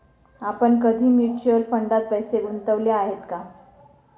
आपण कधी म्युच्युअल फंडात पैसे गुंतवले आहेत का?